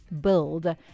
build